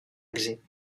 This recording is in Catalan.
èxit